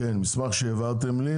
כן, מסמך שהעברתם לי.